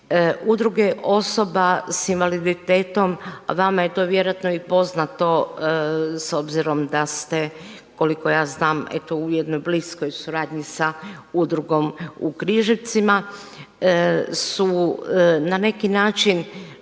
Udruge osoba sa invaliditetom, vama je to vjerojatno i poznato s obzirom da ste koliko ja znam, eto u jednoj bliskoj suradnji sa udrugom u Križevcima su na neki način